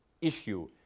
issue